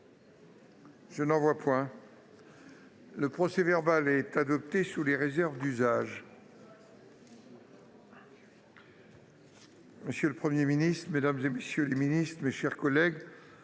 d'observation ?... Le procès-verbal est adopté sous les réserves d'usage. Monsieur le Premier ministre, mesdames, messieurs les ministres, mes chers collègues,